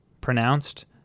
pronounced